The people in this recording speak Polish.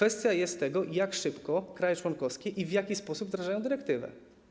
Jest to kwestia tego, jak szybko kraje członkowskie i w jaki sposób wdrażają dyrektywę.